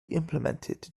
implemented